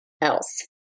else